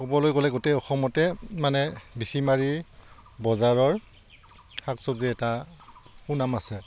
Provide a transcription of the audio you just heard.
ক'বলৈ গ'লে গোটেই অসমতে মানে বেচিমাৰি বজাৰৰ শাক চব্জিৰ এটা সুনাম আছে